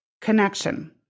Connection